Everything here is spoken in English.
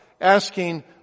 asking